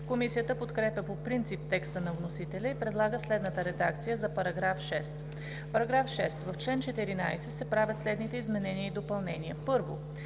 Комисията подкрепя по принцип текста на вносителя и предлага следната редакция на § 6: „§ 6. В чл. 14 се правят следните изменения и допълнения: